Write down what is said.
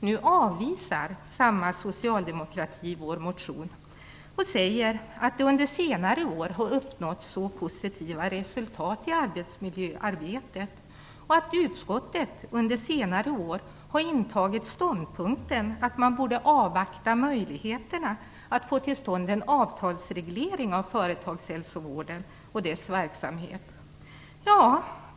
Nu avvisar samma socialdemokrati vår motion och säger att det under senare år har uppnåtts så positiva resultat i arbetsmiljöarbetet och att utskottet under senare år har intagit ståndpunkten att man borde avvakta möjligheterna att få till stånd en avtalsreglering av företagshälsovården och dess verksamhet.